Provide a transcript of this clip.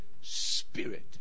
spirit